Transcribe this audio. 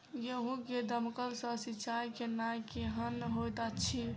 गेंहूँ मे दमकल सँ सिंचाई केनाइ केहन होइत अछि?